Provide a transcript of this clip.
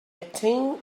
think